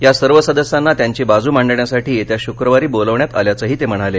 या सर्व सदस्यांना त्यांची बाजू मांडण्यासाठी येत्या शुक्रवारी बोलावण्यात आल्याचंही ते म्हणाले